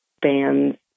bands